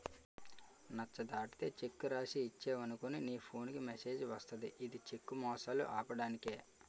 నచ్చ దాటితే చెక్కు రాసి ఇచ్చేవనుకో నీ ఫోన్ కి మెసేజ్ వస్తది ఇది చెక్కు మోసాలు ఆపడానికే